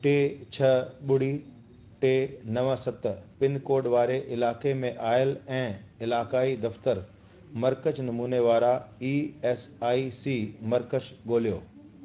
टे छह ॿुड़ी टे नव सत पिनकोड वारे इलाइके में आयल ऐं इलाकाई दफ़्तर मर्कज़ नमूने वारा ई एस आई सी मर्कज़ ॻोल्हियो